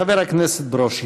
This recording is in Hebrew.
חבר הכנסת ברושי.